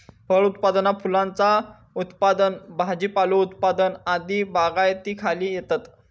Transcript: फळ उत्पादना फुलांचा उत्पादन भाजीपालो उत्पादन आदी बागायतीखाली येतत